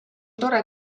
tore